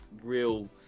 real